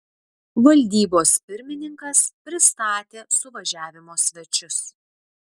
valdybos pirmininkas pristatė suvažiavimo svečius